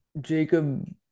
Jacob